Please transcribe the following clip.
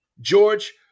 George